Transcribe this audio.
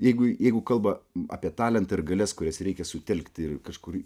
jeigu jeigu kalba apie talentą ir galias kurias reikia sutelkti ir kažkur